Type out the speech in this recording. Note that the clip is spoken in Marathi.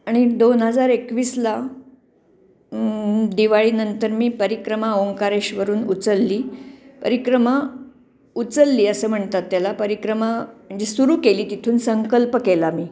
आणि दोन हजार एकवीसला दिवाळीनंतर मी परिक्रमा ओंकारेश्ववरून उचलली परिक्रमा उचलली असं म्हणतात त्याला परिक्रमा जी सुरू केली तिथून संकल्प केला मी